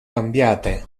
cambiate